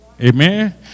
Amen